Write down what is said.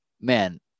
man